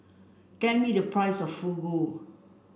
me the price of Fugu